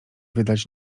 wydać